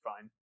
fine